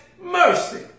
mercy